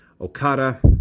Okada